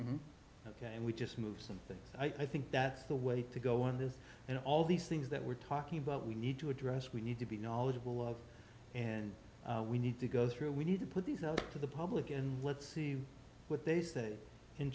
there ok and we just move something i think that's the way to go on this and all these things that we're talking about we need to address we need to be knowledgeable and we need to go through we need to put these out to the public and let's see what they say in